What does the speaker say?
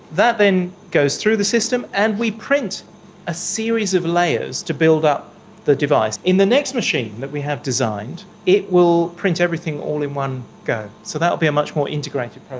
that then goes through this system and we print a series of layers to build up the device. in the next machine that we have designed it will print everything all in one go, so that will be a much more integrated process.